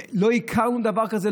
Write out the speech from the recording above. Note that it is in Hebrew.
לא הכרנו דבר כזה.